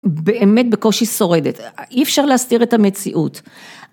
באמת בקושי שורדת אי אפשר להסתיר את המציאות.